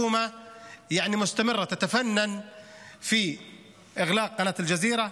הממשלה הזאת ממשיכה להיות יצירתית בסגירת ערוץ אל-ג'זירה,